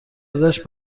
ازش